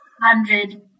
hundred